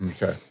Okay